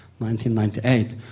1998